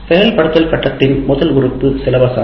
செயல்படுத்தும் கட்டத்தின் முதல் உறுப்பு பாடத்திட்டமாகும்